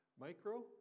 Micro